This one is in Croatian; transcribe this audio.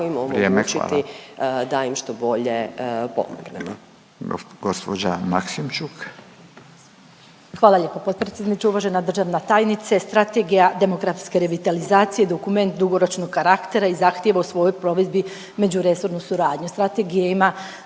im omogućiti da im što bolje pomognemo.